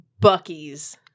Bucky's